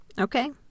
Okay